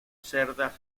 cerdas